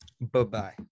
Bye-bye